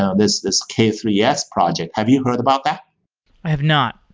ah this this k three s project. have you heard about that? i have not.